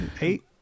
Eight